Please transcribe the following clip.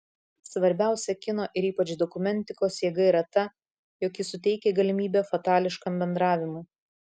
svarbiausia kino ir ypač dokumentikos jėga yra ta jog ji suteikia galimybę fatališkam bendravimui